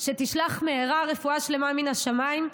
שתשלח מהרה רפואה שלמה מן השמיים,